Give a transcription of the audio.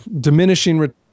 diminishing